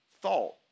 thought